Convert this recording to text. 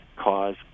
cause